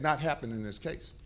not happen in this case